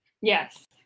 Yes